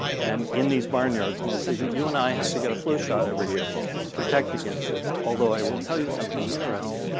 and in these barnyards mostly, that you and i have to get a flu shot every year to protect against this. although i will tell you something interesting.